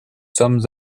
sommes